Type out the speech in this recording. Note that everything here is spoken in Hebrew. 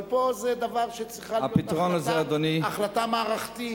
אבל פה זה דבר שצריכה להיות בו החלטה מערכתית.